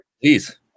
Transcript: Please